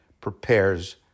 prepares